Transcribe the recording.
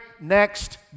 next